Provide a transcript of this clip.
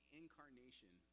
incarnation